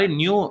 new